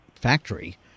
factory